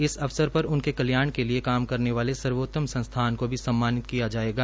इस अवसर पर उनके कल्याण के लिए काम करने वाले सर्वोत्तम संस्थान को भी सम्मानित किया जाएगा